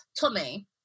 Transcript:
Tommy